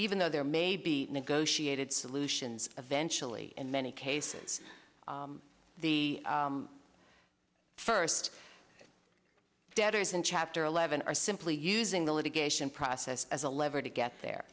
even though there may be negotiated solutions eventually in many cases the first debtors in chapter eleven are simply using the litigation process as a lever to get there